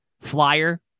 flyer